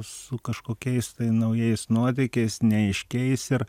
su kažkokiais naujais nuotykiais neaiškiais ir